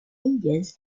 indians